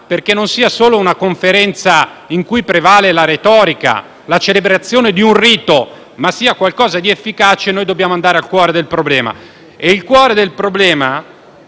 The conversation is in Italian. perché non sia solo una Conferenza in cui prevalgono la retorica e la celebrazione di un rito ma sia qualcosa di efficace, noi dobbiamo andare al cuore del problema e, affinché poi